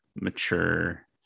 mature